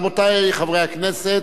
רבותי, חברי הכנסת,